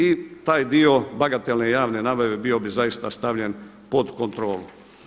I taj dio bagatelne javne nabave bio bi zaista stavljen pod kontrolu.